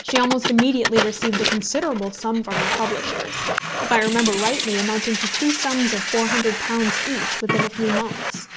she almost immediately received a considerable sum from the publishers if i remember rightly, amounting to two sums of four hundred pounds each within a few months